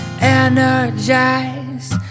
energized